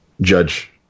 judge